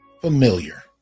familiar